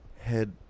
head